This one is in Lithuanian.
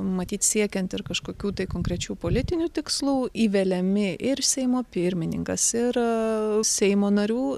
matyt siekiant ir kažkokių tai konkrečių politinių tikslų įveliami ir seimo pirmininkas ir seimo narių